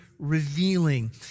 revealing